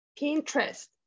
Pinterest